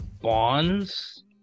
Bonds